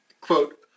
quote